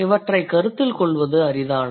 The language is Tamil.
இவற்றைக் கருத்தில் கொள்வது அரிதானது